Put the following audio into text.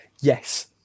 Yes